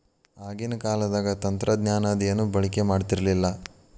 ಆಗಿನ ಕಾಲದಾಗ ತಂತ್ರಜ್ಞಾನ ಅದು ಏನು ಬಳಕೆ ಮಾಡತಿರ್ಲಿಲ್ಲಾ